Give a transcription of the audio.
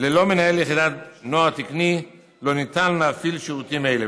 ללא מנהל יחידת נוער תקני לא ניתן להפעיל שירותים אלו,